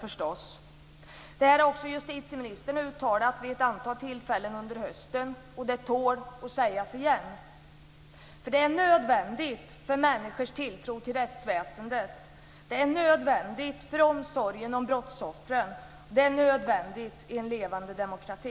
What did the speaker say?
Det här har också justitieministern uttalat vid ett antal tillfällen under hösten. Det tål att sägas igen: Det är nödvändigt för människors tilltro till rättsväsendet. Det är nödvändigt för omsorgen om brottsoffren. Det är nödvändigt i en levande demokrati.